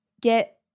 get